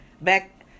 back